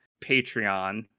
Patreon